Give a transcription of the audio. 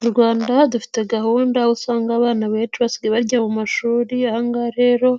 Mu rwanda dufite gahunda aho usanga abana benshi basigaye barya mu mashuri, ahangaha rero